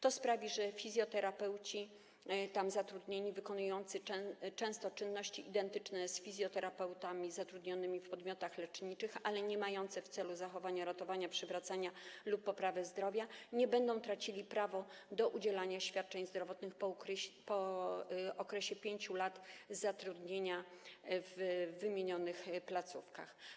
To sprawi, że fizjoterapeuci tam zatrudnieni, często wykonujący czynności identyczne z fizjoterapeutami zatrudnionymi w podmiotach leczniczych, które nie mają na celu zachowania, ratowania, przywracania lub poprawy zdrowia, nie będą tracili prawa do udzielania świadczeń zdrowotnych po okresie 5 lat zatrudnienia w wymienionych placówkach.